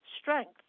strength